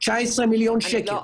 19 מיליון שקל.